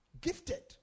Gifted